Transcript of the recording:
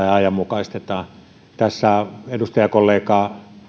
ja ajanmukaistetaan tässä edustajakollega